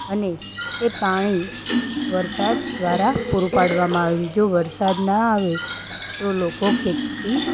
અને તે પાણી વરસાદ દ્વારા પૂરું પાડવામાં આવે છે જો વરસાદ ના આવે તો લોકો ખેતી